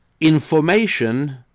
information